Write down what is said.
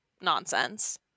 nonsense